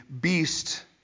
beast